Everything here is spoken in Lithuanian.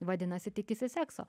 vadinasi tikisi sekso